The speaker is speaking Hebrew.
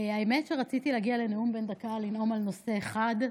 האמת היא שרציתי להגיע לנאום בן דקה לנאום על נושא אחד,